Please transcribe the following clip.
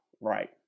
right